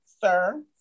Sir